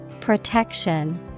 Protection